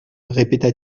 répéta